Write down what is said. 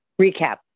Recap